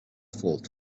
fault